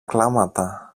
κλάματα